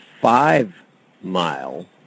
five-mile